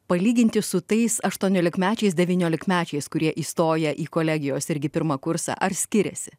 palyginti su tais aštuoniolikmečiais devyniolikmečiais kurie įstoja į kolegijos irgi pirmą kursą ar skiriasi